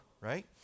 right